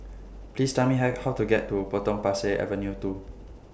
Please Tell Me Hi How to get to Potong Pasir Avenue two